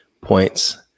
points